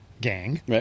gang